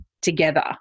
together